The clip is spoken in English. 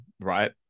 right